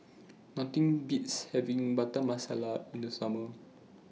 Nothing Beats having Butter Masala in The Summer